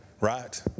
Right